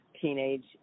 teenage